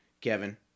Kevin